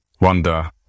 wonder